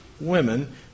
women